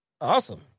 Awesome